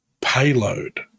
Payload